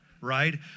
right